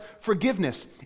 forgiveness